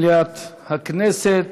אנחנו פותחים את מליאת הכנסת.